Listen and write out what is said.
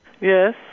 Yes